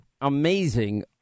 amazing